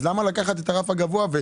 אז למה לקחת את הרף הגבוה?